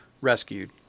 rescued